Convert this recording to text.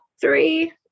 three